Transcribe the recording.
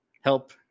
help